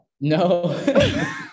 No